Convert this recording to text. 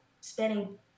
spending